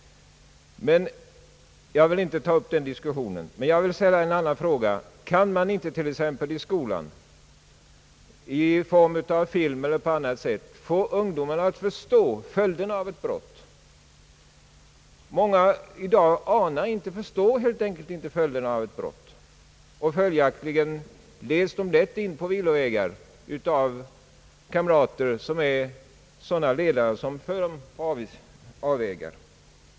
Jag vill inte ta upp den diskussionen. Jag vill ställa en annan fråga. Kan man inte t.ex. i skolan genom film eller på annat sätt få ungdomarna att förstå följderna av ett brott? Många ungdomar i dag förstår helt enkelt inte följderna av ett brott, och följaktligen leds de av kamrater lätt in på villovägar.